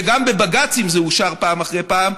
וגם בבג"צים זה אושר פעם אחר פעם,